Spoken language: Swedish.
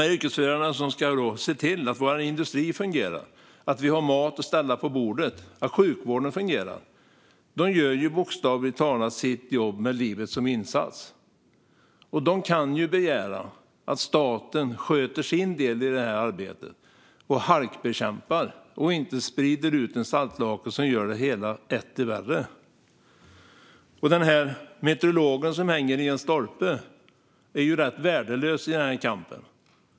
Yrkesförarna, som ska se till att vår industri fungerar, att vi har mat att ställa på bordet och att sjukvården fungerar, gör bokstavligt talat sitt jobb med livet som insats. De kan begära att staten sköter sin del i arbetet och halkbekämpar på riktigt i stället för att sprida ut en saltlake som gör det hela etter värre. Den där meteorologiska stationen som hänger i en stolpe är rätt värdelös i kampen.